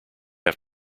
have